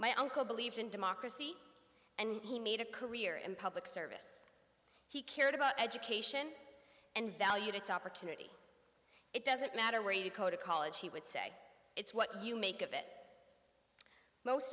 my uncle believed in democracy and he made a career in public service he cared about education and valued it's opportunity it doesn't matter where you go to college he would say it's what you make of it most